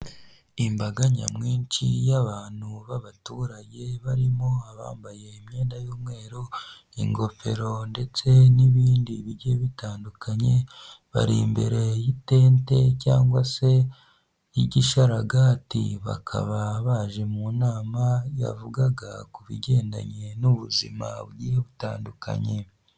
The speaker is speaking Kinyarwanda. Imbaga nyamwinshi y'abantu b'abaturage, barimo abambaye imyenda y'umweru, ingofero ndetse n'ibindi bigiye bitandukanye, bari imbere y'itente cyangwa se y'igishararagati, bakaba baje mu nama yavugaga ku bigendanye n'ubuzima butandukanye.